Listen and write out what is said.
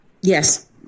yes